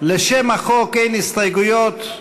לשם החוק אין הסתייגויות.